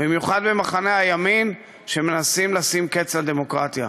במיוחד במחנה הימין, שמנסים לשים קץ לדמוקרטיה.